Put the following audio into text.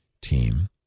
Team